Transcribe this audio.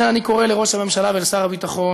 לכן, אני קורא לראש הממשלה ולשר הביטחון